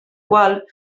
qual